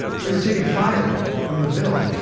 we were taking fire from the vil,